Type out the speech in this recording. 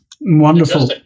Wonderful